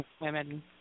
women